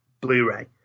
Blu-ray